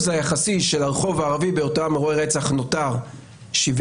היחסי של הרחוב הערבי באותם אירועי רצח נותר 73%,